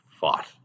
fought